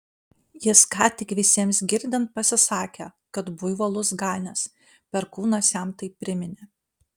jis ką tik visiems girdint pasisakė kad buivolus ganęs perkūnas jam tai priminė